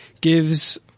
gives